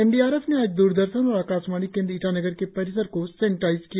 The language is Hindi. एन डी आर एफ ने आज द्रदर्शन और आकाशवाणी केंद्र ईटानगर के परिसर को सेनेटाइज किया